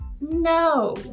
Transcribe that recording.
no